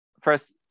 first